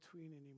anymore